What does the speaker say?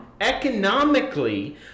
economically